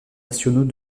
nationaux